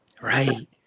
Right